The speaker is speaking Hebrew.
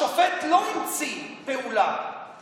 השופט לא המציא פעולה,